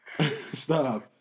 Stop